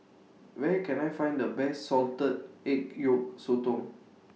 Where Can I Find The Best Salted Egg Yolk Sotong